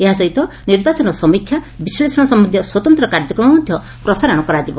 ଏହାସହିତ ନିର୍ବାଚନ ସମୀକ୍ଷା ବିଶ୍ବେଷଣ ସମ୍ୟନ୍ଧୀୟ ସ୍ୱତନ୍ତ କାର୍ଯ୍ୟକ୍ରମ ମଧ୍ଧ ପ୍ରସାରଣ କରାଯିବ